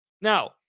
Now